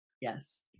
Yes